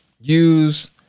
use